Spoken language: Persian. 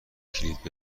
کلید